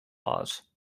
laws